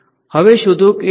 હવે શોધો કે આ શુ છે